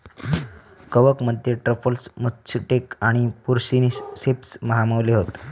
कवकमध्ये truffles, matsutake आणि porcini ceps सामावले हत